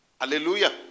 Hallelujah